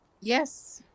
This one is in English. Yes